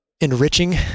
enriching